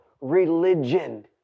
religion